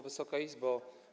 Wysoka Izbo!